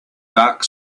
dark